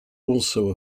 also